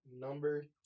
Number